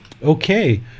Okay